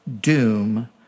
doom